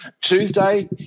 Tuesday